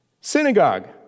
Synagogue